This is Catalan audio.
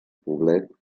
poblet